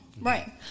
Right